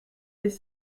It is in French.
les